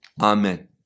amen